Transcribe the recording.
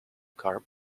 car